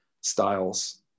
styles